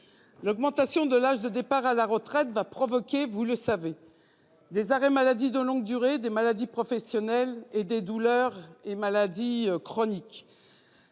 Le report de l'âge de départ à la retraite va provoquer, vous le savez, des arrêts maladie de longue durée, des maladies professionnelles et des douleurs et maladies chroniques.